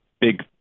big